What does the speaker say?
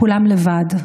כולם לבד.